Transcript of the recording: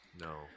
no